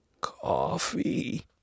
coffee